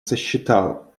сосчитал